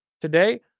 today